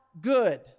good